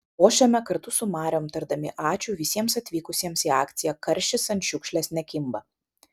ošiame kartu su mariom tardami ačiū visiems atvykusiems į akciją karšis ant šiukšlės nekimba